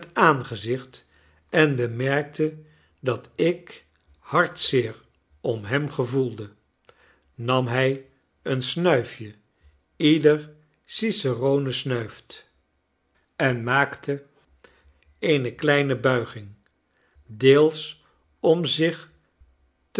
aangezicht en bemerkende dat ik hartzeer om hem gevoelde nam hij een snuifje ieder cicerone snuift en maakte eene kleine buiging deels om zich